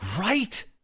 right